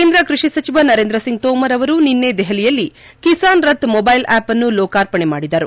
ಕೇಂದ್ರ ಕೃಷಿ ಸಚಿವ ನರೇಂದ್ರ ಸಿಂಗ್ ತೋಮರ್ ಅವರು ನಿನ್ನೆ ದೆಹಲಿಯಲ್ಲಿ ಕಿಸಾನ್ ರಥ್ ಮೊಬ್ವೆಲ್ ಆಪ್ ಅನ್ನು ಲೋಕಾರ್ಪಣೆ ಮಾಡಿದರು